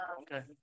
Okay